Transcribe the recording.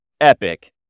Epic